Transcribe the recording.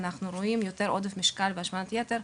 אנחנו רואים אחוזים גדולים יותר של עודף משקל והשמנת יתר,